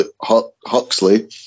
Huxley